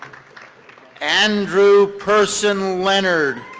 andrew person leonard.